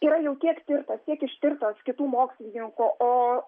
yra jau tiek tirtas tiek ištirtas kitų mokslininkų o